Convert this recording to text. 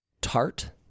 tart